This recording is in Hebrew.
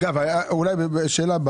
שאלה,